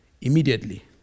Immediately